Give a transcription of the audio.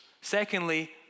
Secondly